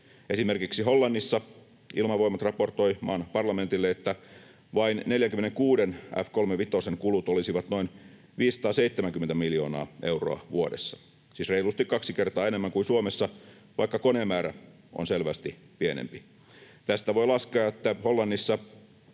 Esimerkiksi Hollannissa Ilmavoimat raportoi maan parlamentille, että vain 46:n F-35:n kulut olisivat noin 570 miljoonaa euroa vuodessa, siis reilusti kaksi kertaa enemmän kuin Suomessa, vaikka konemäärä on selvästi pienempi. Tästä voi laskea, että Hollannissa